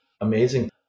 amazing